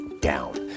down